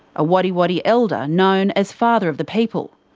a wadi wadi elder known as father of the people.